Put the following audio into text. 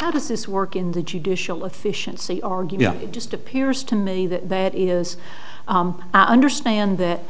how does this work in the judicial efficiency argue it just appears to me that that is i understand that